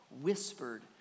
whispered